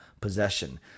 possession